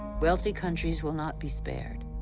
wealthy countries will not be spared.